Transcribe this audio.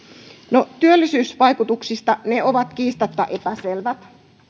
no työllisyysvaikutuksista ne ovat kiistatta epäselvät